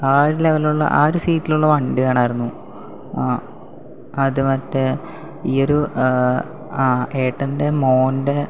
ആ ഒരു ലെവലിലുള്ള ആ ഒരു സീറ്റിലുള്ള വണ്ടി വേണമാരുന്നു ആ അത് മറ്റേ ഈ ഒരു ആ ഏട്ടൻ്റെ മകൻ്റെ